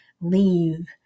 leave